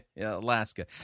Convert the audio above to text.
Alaska